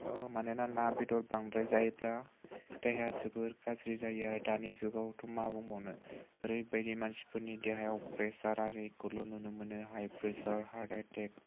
मानोना ना बेदर बांद्राय जायोब्ला देहाया जोबोद गाज्रि जायो आरो दानि जुगावथ' मा बुंबावनो ओरैबायदि मानसिफोरनि देहायाव प्रेसार आरिखौल' नुनो मोनो हाइप्रेसार हार्ट एटेक